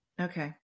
Okay